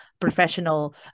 professional